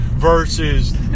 Versus